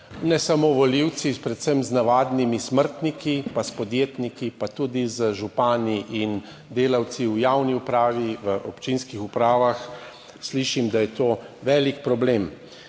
ne samo volivci, predvsem z navadnimi smrtniki, pa s podjetniki, pa tudi z župani in delavci v javni upravi, v občinskih upravah slišim, da je to velik problem